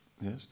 Yes